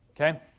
okay